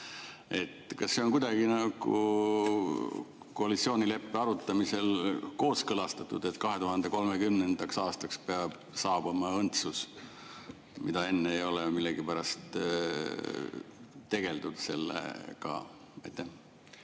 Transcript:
Kas see on kuidagi koalitsioonileppe arutamisel kooskõlastatud, et 2030. aastaks peab saabuma õndsus? Enne ei ole millegipärast tegeldud sellega.